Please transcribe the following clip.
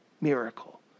miracle